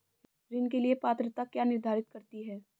ऋण के लिए पात्रता क्या निर्धारित करती है?